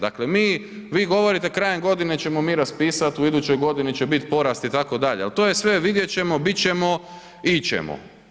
Dakle mi, vi govorite krajem godine ćemo mi raspisati, u idućoj godini će biti porast, itd., ali to je sve vidjet ćemo, bit ćemo, ići ćemo.